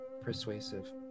Persuasive